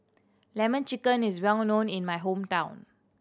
Lemon Chicken is well known in my hometown